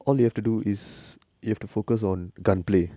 all you have to do is you have to focus on gun play